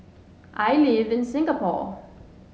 I live in Singapore